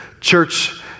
church